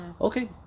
Okay